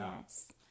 Yes